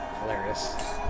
Hilarious